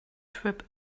trip